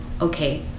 okay